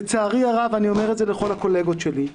לצערי הרב, ואני אומר את זה לכל הקולגות שלי,